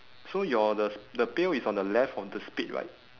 so your the sp~ the pail is on the left of the spade right